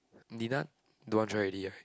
Nina don't want try already right